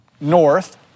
north